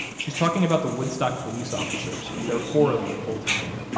um she's talking about the woodstock police officers. there are four of them full-time,